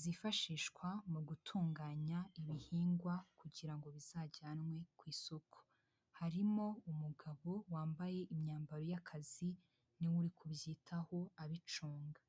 zifashishwa mu gutunganya ibihingwa kugira ngo bizajyanwe ku isoko, harimo umugabo wambaye imyambaro y'akazi niwe uri kubyitaho abicunga.